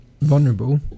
vulnerable